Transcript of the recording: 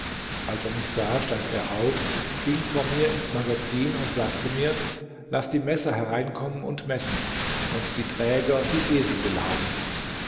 als er mich sah stand er auf ging vor mir ins magazin und sagte mir laß die messer hereinkommen und messen und die träger die esel beladen